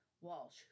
Walsh